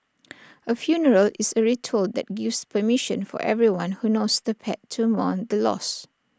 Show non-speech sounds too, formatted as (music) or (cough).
(noise) A funeral is A ritual that gives permission for everyone who knows the pet to mourn the loss